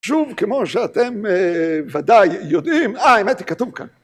שוב, כמו שאתם ודאי יודעים, אה, האמת היא כתוב כאן.